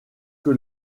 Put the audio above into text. que